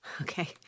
Okay